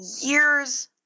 Years